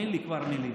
אין לי כבר מילים,